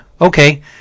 Okay